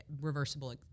reversible